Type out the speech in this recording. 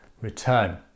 return